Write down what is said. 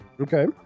Okay